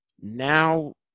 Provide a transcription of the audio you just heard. now